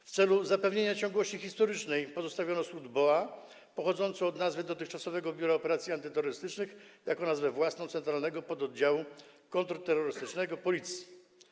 W celu zapewnienia ciągłości historycznej pozostawiono skrót BOA pochodzący od nazwy dotychczasowego Biura Operacji Antyterrorystycznych jako nazwę własną Centralnego Pododdziału Kontrterrorystycznego Policji.